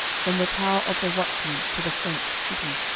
from the tower of the watchmen to the fenced city.